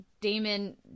Damon